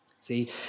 See